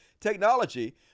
technology